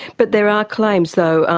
but there are claims though,